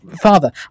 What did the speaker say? Father